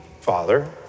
Father